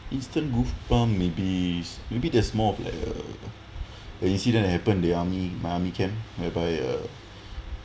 instant goosebumps maybe maybe that's more of like a(uh) the incident happened the army my army camp whereby uh